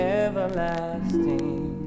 everlasting